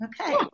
Okay